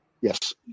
Yes